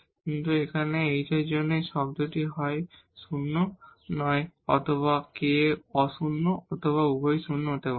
কিন্তু এখানে h এর জন্য এই টার্মটি হয় শূন্য নয় k অশূন্য অথবা উভয়ই শূন্য নয়